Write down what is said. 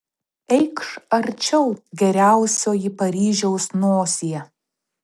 eikš arčiau geriausioji paryžiaus nosie